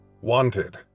Wanted